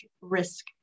risk